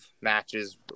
matches